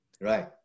Right